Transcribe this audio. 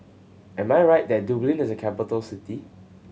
am I right that Dublin is a capital city